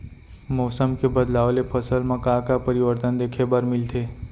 मौसम के बदलाव ले फसल मा का का परिवर्तन देखे बर मिलथे?